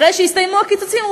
אחרי שיסתיימו הקיצוצים,